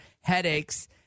headaches